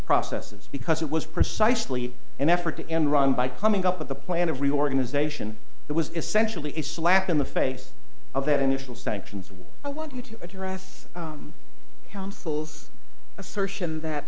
processes because it was precisely an effort to enron by coming up with a plan of reorganization that was essentially a slap in the face of that initial sanctions and i want you to address counsel's assertion that